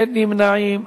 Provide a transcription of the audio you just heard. אין נמנעים.